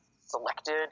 selected